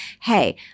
hey